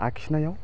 आखिनायाव